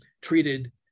treated